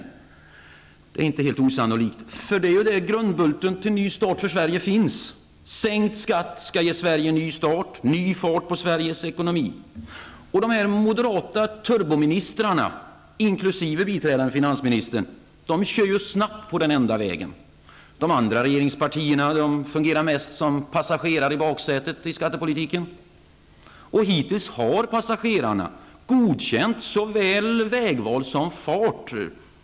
Det är inte helt osannolikt. Det är där grundbulten till en ny start för Sverige finns. Sänkt skatt skall ge Sverige en ny start och ny fart på Sveriges ekonomi. Och de moderata turboministrarna inkl. biträdande finansministern kör snabbt på den enda vägen. De andra regeringspartierna fungerar mest som passagerare i baksätet i skattepolitiken. Och hittills har passagerarna godkänt såväl vägval som fart.